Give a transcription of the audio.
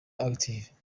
active